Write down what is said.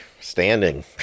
standing